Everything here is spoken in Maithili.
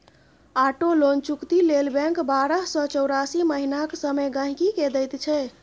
आटो लोन चुकती लेल बैंक बारह सँ चौरासी महीनाक समय गांहिकी केँ दैत छै